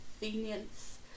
convenience